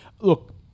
look